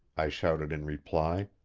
i shouted in reply,